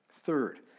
Third